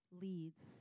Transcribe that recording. leads